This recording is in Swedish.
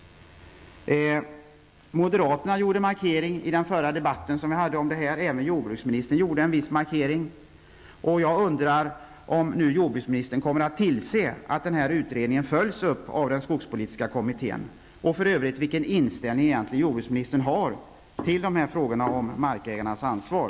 Moderaterna gjorde en markering i den förra debatten vi hade i den frågan, och även jordbruksministern gjorde en viss markering. Kommer jordbruksministern nu att tillse att den här utredningen följs upp av den skogspolitiska kommittén? Vilken inställning har jordbruksministern till frågorna om markägarnas ansvar?